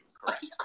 correct